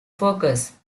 focus